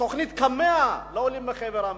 תוכנית קמ"ע לעולים מחבר המדינות,